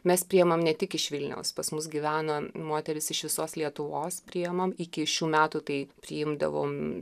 mes priimam ne tik iš vilniaus pas mus gyvena moterys iš visos lietuvos priimam iki šių metų tai priimdavom